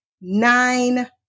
nine